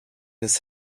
his